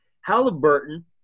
Halliburton